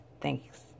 Thanks